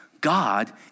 God